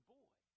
boy